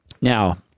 now